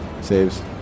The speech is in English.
Saves